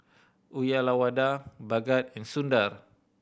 Uyyalawada Bhagat and Sundar